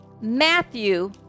Matthew